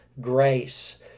grace